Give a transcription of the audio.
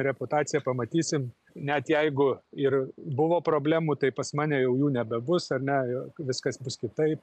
reputaciją pamatysim net jeigu ir buvo problemų tai pas mane jau jų nebebus ar ne viskas bus kitaip